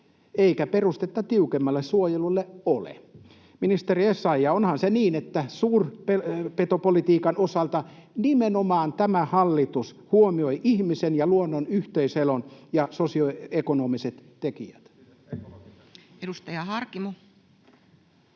eikä perustetta tiukemmalle suojelulle ole. Ministeri Essayah, onhan se niin, että suurpetopolitiikan osalta tämä hallitus nimenomaan huomioi ihmisen ja luonnon yhteiselon ja sosioekonomiset tekijät? [Speech 50]